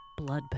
Bloodbath